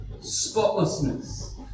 spotlessness